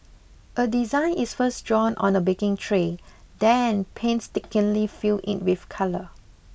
a design is first drawn on a baking tray then painstakingly filled in with colour